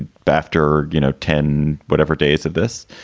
but after, you know, ten whatever days of this,